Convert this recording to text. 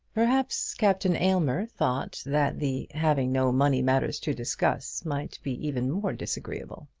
perhaps captain aylmer thought that the having no money matters to discuss might be even more disagreeable.